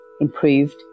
improved